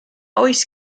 oes